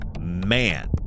man